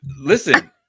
listen